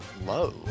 low